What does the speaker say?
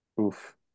oof